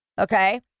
okay